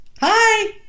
Hi